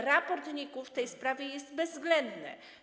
Raport NIK-u w tej sprawie jest bezwzględny.